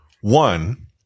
one